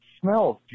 smells